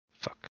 fuck